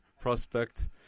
prospect